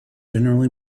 generally